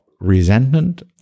resentment